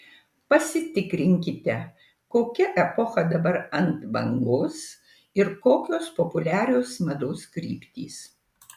pasitikrinkite kokia epocha dabar ant bangos ir kokios populiarios mados kryptys